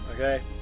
Okay